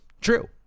true